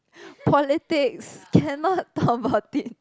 politics cannot talk about it